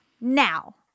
now